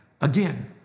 again